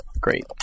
Great